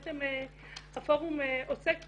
בעצם הפורום עוסק